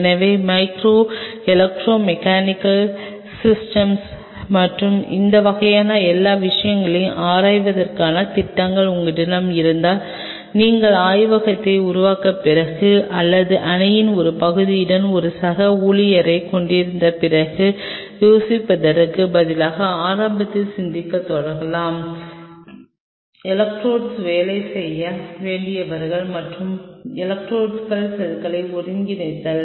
எனவே micro electro mechanical systems மற்றும் அந்த வகையான எல்லா விஷயங்களையும் ஆராய்வதற்கான திட்டங்கள் உங்களிடம் இருந்தால் நீங்கள் ஆய்வகத்தை உருவாக்கிய பிறகு அல்லது அணியின் ஒரு பகுதியுடன் ஒரு சக ஊழியரைக் கொண்டிருந்த பிறகு யோசிப்பதற்குப் பதிலாக ஆரம்பத்தில் சிந்திக்கத் தொடங்கலாம் எலக்ட்ரோட்களில் வேலை செய்ய வேண்டியவர் மற்றும் எலக்ட்ரோட்களில் செல்களை ஒருங்கிணைத்தல்